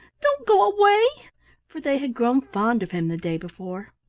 don't go away for they had grown fond of him the day before.